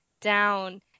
down